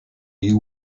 you